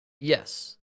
Yes